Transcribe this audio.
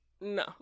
no